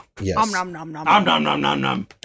Yes